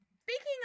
Speaking